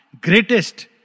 greatest